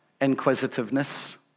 inquisitiveness